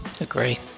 Agree